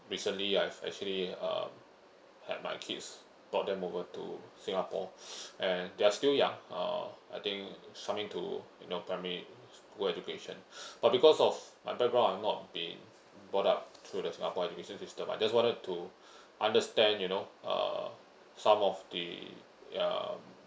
recently I have actually uh had my kids brought them over to singapore and they are still young uh I think some way to you know primary school education but because of my background I'm not been brought up to the singapore education system I just wanted to understand you know uh some of the um